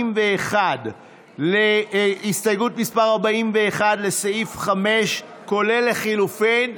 לסעיף 5, כולל לחלופין.